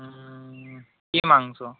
হুম কী মাংস